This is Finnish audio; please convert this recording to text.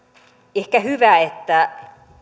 ehkä hyvä että